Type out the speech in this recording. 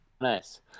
Nice